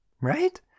right